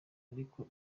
ariko